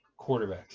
quarterbacks